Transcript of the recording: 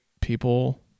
people